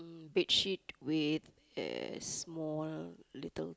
bedsheet with the small little